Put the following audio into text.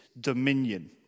dominion